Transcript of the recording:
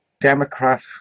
Democrat